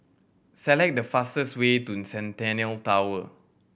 select the fastest way to Centennial Tower